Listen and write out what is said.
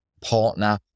partner